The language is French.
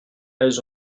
elles